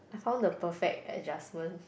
I found the perfect adjustment